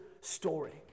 story